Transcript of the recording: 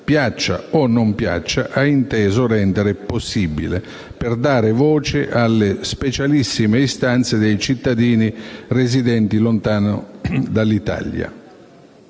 piaccia o non piaccia, ha inteso rendere possibile per dare voce alle specialissime istanze dei cittadini residenti lontano dall'Italia